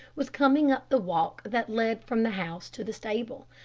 was coming up the walk that led from the house to the stable.